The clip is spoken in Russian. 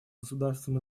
государством